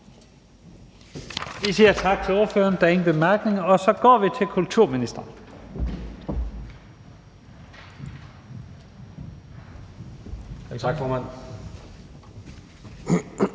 Vi siger tak til ordføreren. Der er ingen korte bemærkninger. Så går vi til kulturministeren. Kl.